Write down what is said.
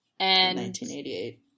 1988